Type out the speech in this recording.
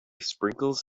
sprinkles